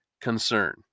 concern